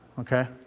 Okay